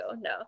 No